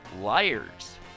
liars